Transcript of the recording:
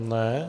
Ne.